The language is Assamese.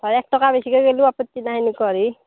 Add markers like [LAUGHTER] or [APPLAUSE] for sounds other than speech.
হয় এক টকা বেছিকৈ গ'লেও আপত্তি নাই [UNINTELLIGIBLE]